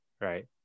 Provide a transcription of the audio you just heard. right